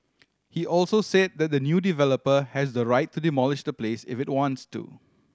he also said that the new developer has the right to demolish the place if it wants to